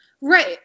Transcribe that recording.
Right